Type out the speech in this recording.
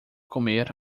comer